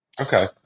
okay